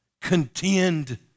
contend